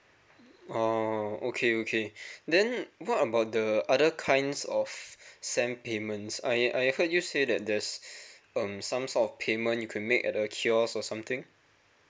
oh okay okay then what about the other kinds of s a m payments I I heard you say that there's um some sort of payment you can make at the kiosk or something